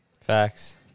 Facts